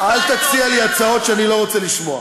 אל תציע לי הצעות שאני לא רוצה לשמוע.